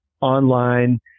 online